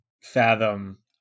fathom